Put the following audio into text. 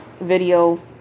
video